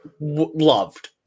loved